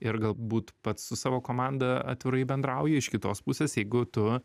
ir galbūt pats su savo komanda atvirai bendrauji iš kitos pusės jeigu tu